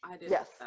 Yes